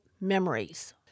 memories